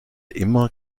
immer